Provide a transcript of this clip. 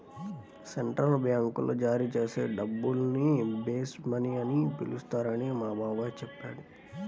central బ్యాంకులు జారీ చేసే డబ్బుల్ని బేస్ మనీ అని పిలుస్తారని మా బాబాయి చెప్పాడు